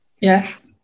Yes